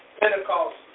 Pentecost